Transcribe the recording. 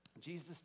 Jesus